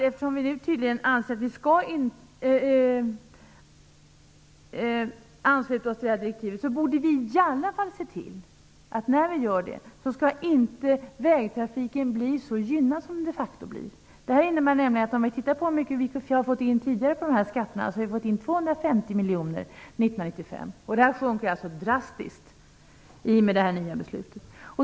Eftersom vi nu tydligen anser att vi skall ansluta oss till det här direktivet borde vi i alla fall se till att vägtrafiken inte blir så gynnad som den de facto blir. Tidigare har vi fått in 250 miljoner i skatt på det här området 1995. Detta sjunker alltså drastiskt i och med det nya beslutet.